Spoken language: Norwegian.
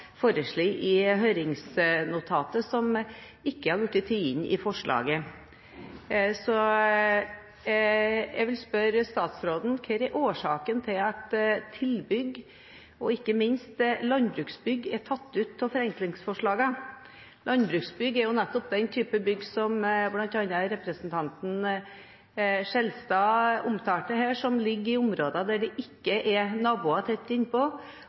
foreslått i høringsnotatet, som ikke er tatt inn i forslaget. Jeg vil spørre statsråden om hva som er årsaken til at tilbygg, og ikke minst landbruksbygg, er tatt ut av forenklingsforslaget. Landbruksbygg er jo nettopp den typen bygg som bl.a. representanten Skjelstad omtalte her, som ligger i områder der det ikke er naboer tett